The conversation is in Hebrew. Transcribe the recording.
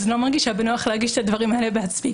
אני לא מרגישה בנוח להגיש את הדברים האלה בעצמי